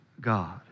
God